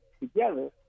together